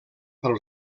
pel